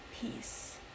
peace